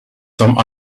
some